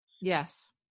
Yes